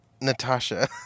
Natasha